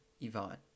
Yvonne